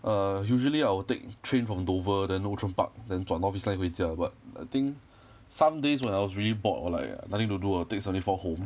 err usually I will take train from dover then outram park then 转 northeast line 回家 but I think some days when I was really bored or like nothing to do I'll take seventy four home